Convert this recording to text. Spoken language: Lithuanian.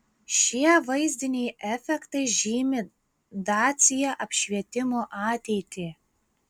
šie vaizdiniai efektai žymi dacia apšvietimo ateitį